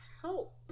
help